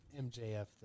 MJF